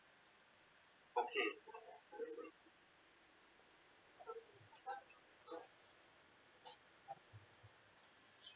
okay